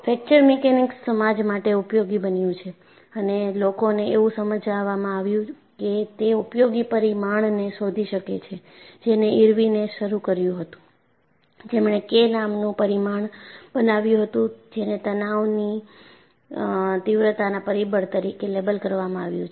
fracture mechanics સમાજ માટે ઉપયોગી બન્યું છે અને લોકોને એવું સમજાવામાં આવ્યું કે તે ઉપયોગી પરિમાણ ને શોધી શકે છે જેને ઇરવિનએ શરૂ કર્યું હતું જેમણે K નામનું પરિમાણ બનાવ્યું હતું જેને તનાવની તીવ્રતાનાં પરિબળ તરીકે લેબલ કરવામાં આવ્યુ છે